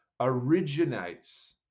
originates